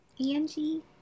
Angie